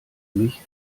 mich